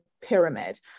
pyramid